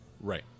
Right